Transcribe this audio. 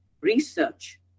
research